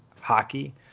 hockey